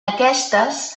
aquestes